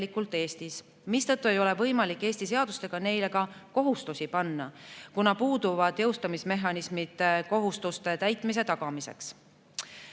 Eestis, mistõttu ei ole võimalik Eesti seadustega neile kohustusi panna, kuna puuduvad jõustamismehhanismid kohustuste täitmise tagamiseks.